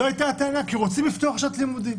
זו הייתה הטענה, כי רוצים לפתוח שנת לימודים.